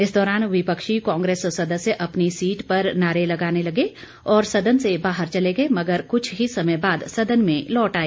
इस दौरान विपक्षी कांग्रेस सदस्य अपनी सीट पर नारे लगाने लगे और सदन से बाहर चले गए मगर कुछ ही समय बाद सदन में लौट आए